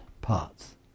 parts